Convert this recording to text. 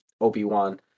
Obi-Wan